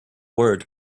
word